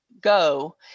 go